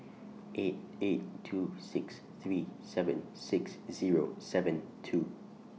eight eight two six three seven six Zero seven two